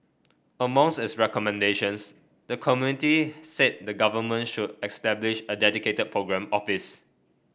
its recommendations the committee said the Government should establish a dedicated programme office